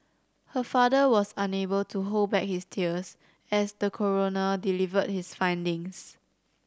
her father was unable to hold back his tears as the coroner delivered his findings